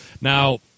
Now –